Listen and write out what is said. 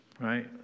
Right